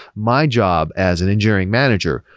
my job as an engineering manager,